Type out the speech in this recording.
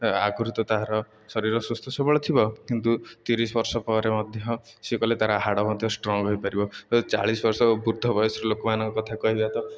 ଆଗରୁ ତ ତାର ଶରୀର ସୁସ୍ଥ ସବଳ ଥିବ କିନ୍ତୁ ତିରିଶି ବର୍ଷ ପରେ ମଧ୍ୟ ସେ କଲେ ତାର ହାଡ଼ ମଧ୍ୟ ଷ୍ଟ୍ରଙ୍ଗ୍ ହୋଇପାରିବ ଚାଳିଶି ବର୍ଷ ବୃଦ୍ଧ ବୟସର ଲୋକମାନଙ୍କ କଥା କହିଲେ ତ